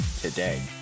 today